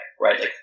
right